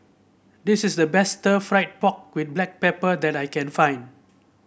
this is the best fried pork with Black Pepper that I can find